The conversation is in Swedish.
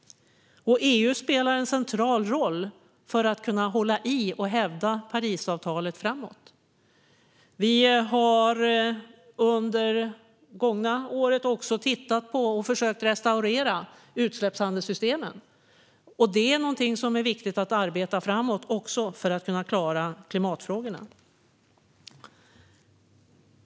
EU spelar också en central roll för att kunna hålla i och hävda Parisavtalet framåt. Vi har under det gångna året även tittat på och försökt restaurera utsläppshandelssystemen. Det är någonting som är viktigt att arbeta framåt med för att kunna klara klimatfrågorna.